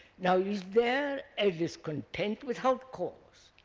now is there a discontent without cause?